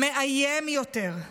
מאיים יותר,